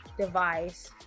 device